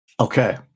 Okay